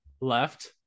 left